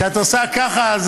את עושה ככה.